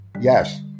Yes